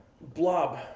Blob